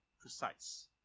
precise